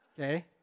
Okay